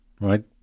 right